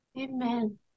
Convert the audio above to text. Amen